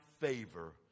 favor